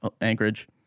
Anchorage